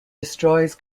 destroys